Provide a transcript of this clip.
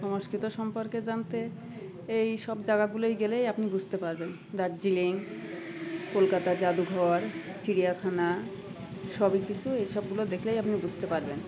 সংস্কৃতি সম্পর্কে জানতে এই সব জায়গাগুলোয় গেলেই আপনি বুসতে পারবেন দার্জিলিং কলকাতা জাদুঘর চিড়িয়াখানা সবই কিছু এইসবগুলো দেখলেই আপনি বুঝতে পারবেন